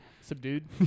Subdued